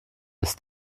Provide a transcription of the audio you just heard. ist